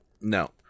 No